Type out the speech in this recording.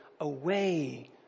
away